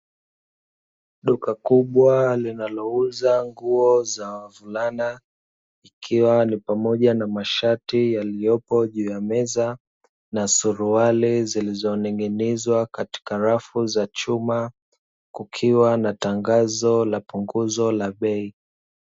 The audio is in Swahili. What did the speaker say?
Duka kubwa linalouza nguo za wavulana ikiwa ni pamoja na mashati yaliyopo juu ya meza na suruali zilizoning'inizwa katika rafu za chuma, kukiwa na tangazo la punguzo la bei.